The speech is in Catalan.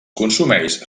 consumeix